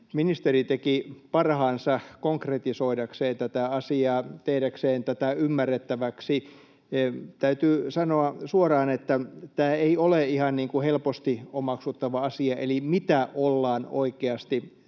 Ministeri teki parhaansa konkretisoidakseen tätä asiaa, tehdäkseen tätä ymmärrettäväksi. Täytyy sanoa suoraan, että tämä ei ole ihan helposti omaksuttava asia, eli mitä ollaan oikeasti